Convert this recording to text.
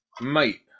Mate